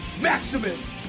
Maximus